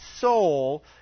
soul